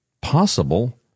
possible